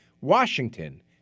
Washington